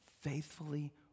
faithfully